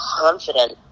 confident